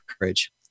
courage